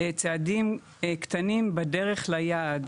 צעדים קטנים בדרך ליעד,